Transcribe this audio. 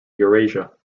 eurasia